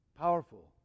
Powerful